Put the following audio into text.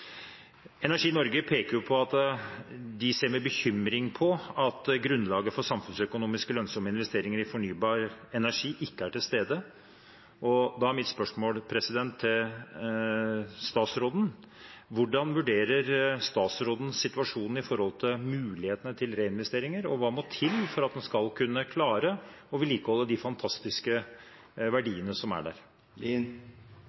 Energi Norge peker på at de ser med bekymring på at grunnlaget for samfunnsøkonomisk lønnsomme investeringer i fornybar energi ikke er til stede. Da er mitt spørsmål til statsråden: Hvordan vurderer statsråden situasjonen opp mot mulighetene til reinvesteringer, og hva må til for at man skal kunne klare å vedlikeholde de fantastiske